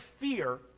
fear